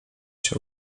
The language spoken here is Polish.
się